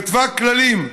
כתבה כללים,